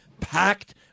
packed